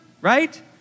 right